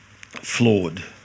flawed